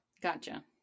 Gotcha